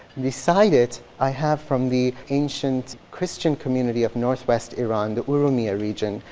beside it, i have from the ancient christian community of northwest iran, the urmia region,